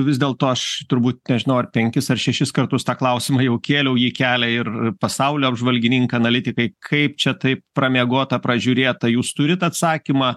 vis dėlto aš turbūt nežinau ar penkis ar šešis kartus tą klausimą jau kėliau jį kelia ir pasaulio apžvalgininkai analitikai kaip čia taip pramiegota pražiūrėta jūs turit atsakymą